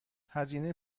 هزینه